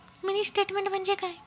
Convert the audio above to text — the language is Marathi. मिनी स्टेटमेन्ट म्हणजे काय?